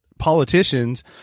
politicians